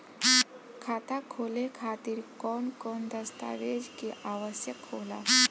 खाता खोले खातिर कौन कौन दस्तावेज के आवश्यक होला?